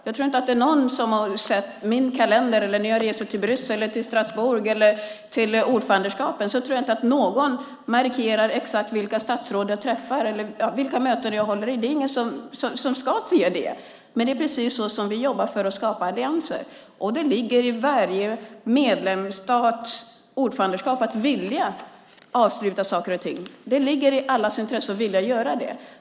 Jag tror inte att det är någon som har sett min kalender när jag reser till Bryssel, till Strasbourg eller till ordförandelandet. Jag tror inte att någon noterar exakt vilka statsråd jag träffar eller vilka möten jag håller i. Det är ingen som ska se det. Men det är så vi jobbar för att skapa allianser. Det ligger i varje medlemsstats ordförandeskap att vilja avsluta saker och ting. Det ligger i allas intresse att göra det.